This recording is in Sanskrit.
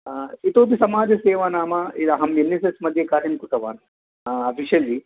इतोऽपि समाजसेवा नाम यदा अहं एन् एस् एस् मध्ये कार्यं कृतवान् अफ़ीषियलि